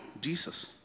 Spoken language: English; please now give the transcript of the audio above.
Jesus